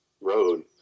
road